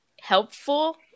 helpful